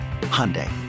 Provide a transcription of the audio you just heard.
Hyundai